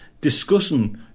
discussing